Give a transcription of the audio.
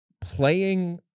playing